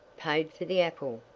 paid for the apple,